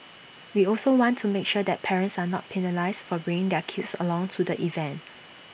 we also want to make sure that parents are not penalised for bringing their kids along to the event